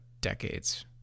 decades